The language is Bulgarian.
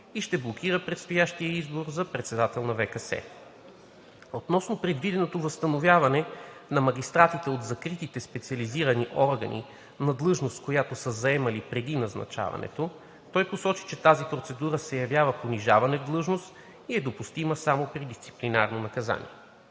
и ще блокира предстоящия избор на председател на Върховния касационен съд. Относно предвиденото възстановяване на магистратите от закритите специализирани органи на длъжност, която са заемали преди назначаването, той посочи, че тази процедура се явява понижаване в длъжност и е допустима само при дисциплинарно наказание.